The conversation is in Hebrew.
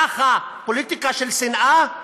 ככה פוליטיקה של שנאה.